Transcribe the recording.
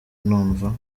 numva